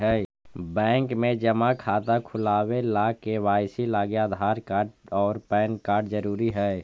bank में जमा खाता खुलावे ला के.वाइ.सी लागी आधार कार्ड और पैन कार्ड ज़रूरी हई